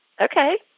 Okay